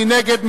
מי נגד?